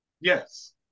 Yes